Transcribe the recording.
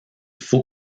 faut